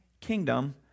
kingdom